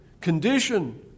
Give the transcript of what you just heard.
condition